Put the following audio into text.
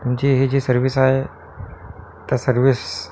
तुमची ही जी सर्विस आहे त्या सर्विस